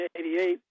1988